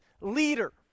leader